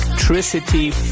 Electricity